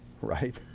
right